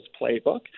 playbook